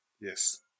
Yes